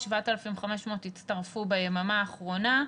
7,500 הצטרפו ביממה האחרונה.